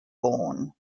born